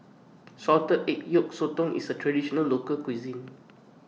Salted Egg Yolk Sotong IS A Traditional Local Cuisine